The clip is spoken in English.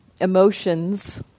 emotions